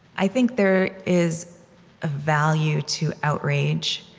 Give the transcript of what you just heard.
i think there is a value to outrage.